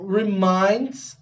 reminds